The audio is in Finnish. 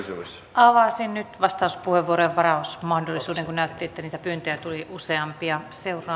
avasin nyt vastauspuheenvuorojen varausmahdollisuuden kun näytti että pyyntöjä tuli useampia